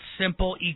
simple